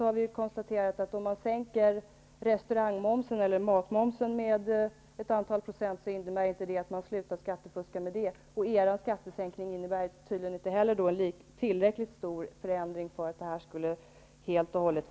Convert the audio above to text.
Men vi har konstaterat att om man sänker restaurangmomsen eller matmomsen med ett antal procent, innebär det inte att skattefusket upphör för det. Er skattesänkning innebär tydligen inte heller en tillräckligt stor förändring för att det skulle försvinna helt och hållet.